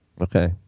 Okay